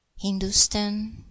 hindustan